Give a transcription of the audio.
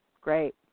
Great